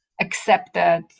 accepted